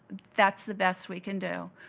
that's the best we can do.